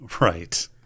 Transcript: right